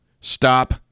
stop